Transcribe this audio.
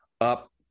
up